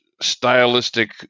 stylistic